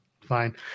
Fine